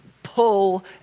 pull